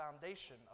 foundation